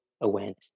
awareness